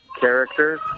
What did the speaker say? characters